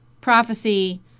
prophecy